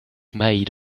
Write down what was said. made